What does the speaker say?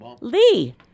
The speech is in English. Lee